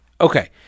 Okay